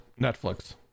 Netflix